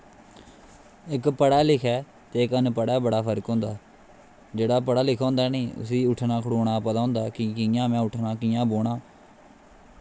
इक्क पढ़े लिखे दा ते इक्क अनपढ़ दा बड़ा फर्क होंदा जेह्ड़ा पढ़े लिखे दा होंदा नी उस्सी उठना खड़ौना दा पता होंदा कि कि'यां उट्ठना ते कि'यां बौह्ना